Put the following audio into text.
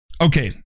okay